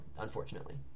unfortunately